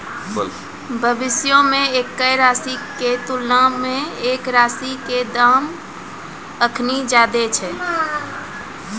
भविष्यो मे एक्के राशि के तुलना मे एक राशि के दाम अखनि ज्यादे छै